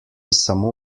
samo